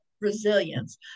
Resilience